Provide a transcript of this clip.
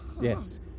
Yes